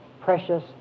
precious